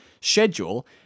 schedule